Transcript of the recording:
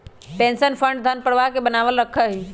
pension fund धन प्रवाह बनावल रखा हई